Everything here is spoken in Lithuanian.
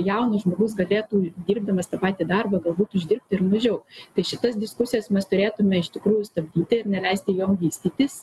jaunas žmogus galėtų dirbdamas tą patį darbą galbūt uždirbti ir mažiau tai šitas diskusijas mes turėtume iš tikrųjų stabdyti ir neleisti jom vystytis